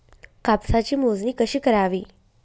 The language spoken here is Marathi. कापसाची मोजणी कशी करावी?